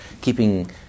keeping